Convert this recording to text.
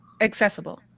Accessible